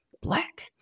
black